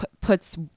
puts